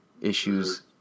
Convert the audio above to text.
issues